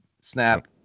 snap